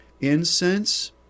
Incense